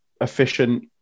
efficient